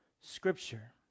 Scripture